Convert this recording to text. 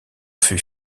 fut